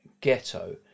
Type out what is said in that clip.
ghetto